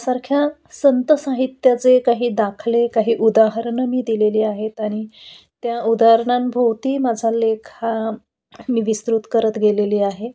यासारख्या संत साहित्याचे काही दाखले काही उदाहरणं मी दिलेली आहेत आणि त्या उदाहरणांभोवती माझा लेख हा मी विस्तृत करत गेलेली आहे